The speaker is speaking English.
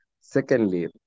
Secondly